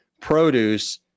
produce